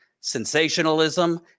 sensationalism